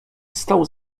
stał